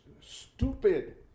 stupid